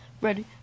Ready